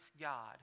God